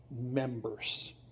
members